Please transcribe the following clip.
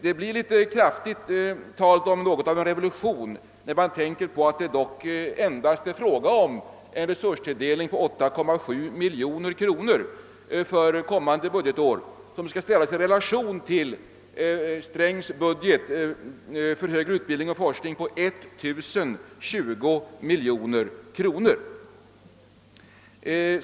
Det är ändå litet starkt att tala om en revolution då det endast är fråga om en ökad resurstilldelning på 8,7 miljoner kronor för kommande budgetår. Detta belopp skall ställas i re lation till finansminister Strängs budget för högre utbildning och forskning på 1020 miljoner kronor.